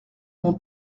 mon